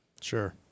Sure